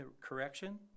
correction